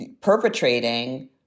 perpetrating